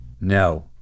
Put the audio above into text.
No